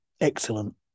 excellent